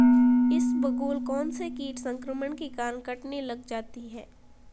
इसबगोल कौनसे कीट संक्रमण के कारण कटने लग जाती है?